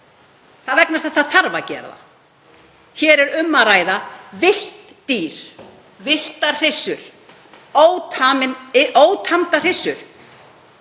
Það er vegna þess að það þarf að gera það. Hér er um að ræða villt dýr, villtar hryssur, ótamdar hryssur.